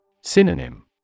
Synonym